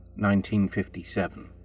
1957